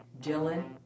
Dylan